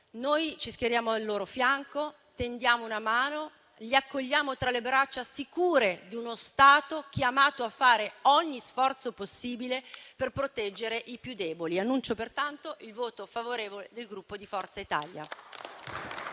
Noi ci schieriamo al loro fianco, tendiamo loro una mano e li accogliamo tra le braccia sicure di uno Stato chiamato a fare ogni sforzo possibile per proteggere i più deboli. Annuncio pertanto il voto favorevole del Gruppo Forza Italia.